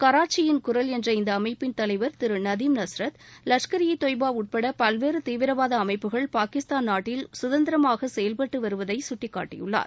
கராச்சியின் குரல் என்ற இந்த அமைப்பின் தலைவர் திரு நதீம் நஸ்ரத் லஷ்கரே தொய்பா உட்பட பல்வேறு தீவிரவாத அமைப்புகள் பாகிஸ்தான் நாட்டில் சுதந்திரமாக செயல்பட்டு வருவதை சுட்டிக்காட்டியுள்ளார்